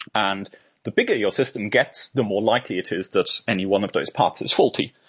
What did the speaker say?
and the bigger your system gets, the more likely it is that any one of those parts is faulty.